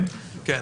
כן.